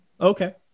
okay